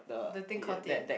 the thing caught it